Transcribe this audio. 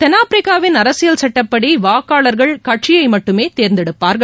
தென்னாப்பிரிக்காவின் அரசியல் சட்டப்படி வாக்காளர்கள் கட்சியை மட்டுமே தேர்ந்தெடுப்பார்கள்